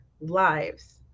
lives